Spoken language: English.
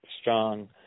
strong